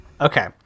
Okay